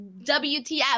WTF